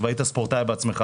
והיית ספורטאי בעצמך